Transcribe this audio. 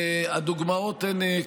הדוגמאות הן,